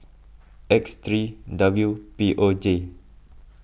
X three W P O J